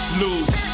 lose